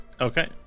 okay